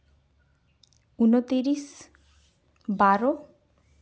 ᱩᱱᱚᱛᱤᱨᱤᱥ ᱵᱟᱨᱚ